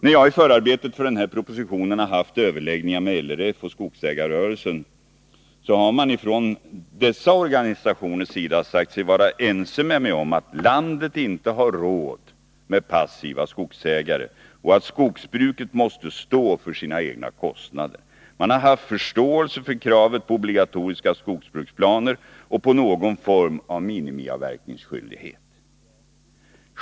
När jag i förarbetet för den här propositionen har haft överläggningar med LRF och skogsägarrörelsen har man från dessa organisationers sida sagt sig vara ense med mig om att landet inte har råd med passiva skogsägare och att skogsbruket måste stå för sina egna kostnader. Man har haft förståelse för kravet på obligatoriska skogsbruksplaner och på någon form av minimiavverkningsskyldighet.